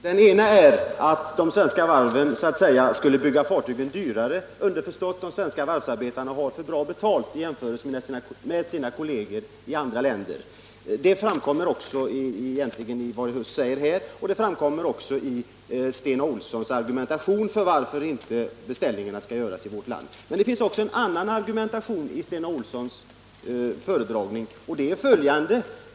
Herr talman! Det förekommer i detta sammanhang två slags argumentation. Den ena går ut på att de svenska varven skulle bygga fartygen dyrare, underförstått att de svenska varvsarbetarna har för bra betalt i jämförelse med sina kolleger i andra länder. Den framskymtar i vad Erik Huss säger här och den återkommer också i Stena Olssons argumentation för att beställningarna inte skall göras i vårt land. Den andra argumentationen återfinns också hos Stena Olsson, och den är följande.